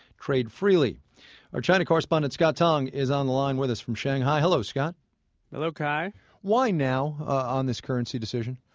trade freely our china correspondent scott tong is on the line with us from shanghai. hello, scott hello, kai why now on this currency decision?